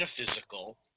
metaphysical